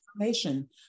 information